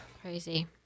crazy